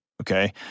okay